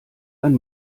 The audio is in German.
ein